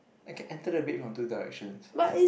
I can enter the bed from two directions